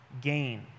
gain